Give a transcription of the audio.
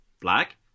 black